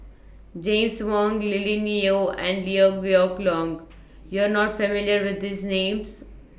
James Wong Lily Neo and Liew Geok Leong YOU Are not familiar with These Names